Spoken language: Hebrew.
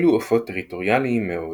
אלו עופות טריטוריאליים מאוד